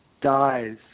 dies